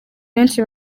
benshi